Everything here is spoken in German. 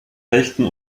rechten